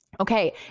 Okay